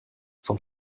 vom